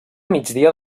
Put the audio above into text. migdia